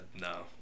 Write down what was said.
no